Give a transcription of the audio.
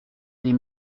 des